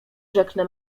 rzeknę